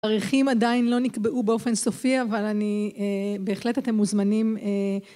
תאריכים עדיין לא נקבעו באופן סופי אבל אני, בהחלט אתם מוזמנים